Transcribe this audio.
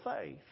Faith